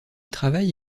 travaille